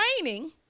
training